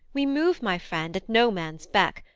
we move, my friend, at no man's beck,